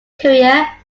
career